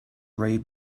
read